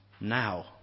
now